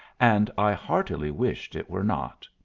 and i heartily wished it were not.